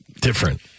Different